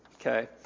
okay